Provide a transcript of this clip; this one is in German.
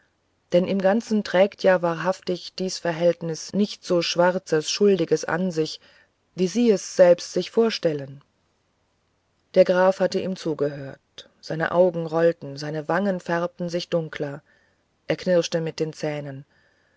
denn im ganzen trägt ja wahrhaftig dies verhältnis nichts so schwarzes schuldiges an sich wie sie es selbst sich vorstellen der graf hatte ihm zugehört seine augen rollten seine wangen färbten sich dunkler er knirschte mit den zähnen